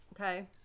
Okay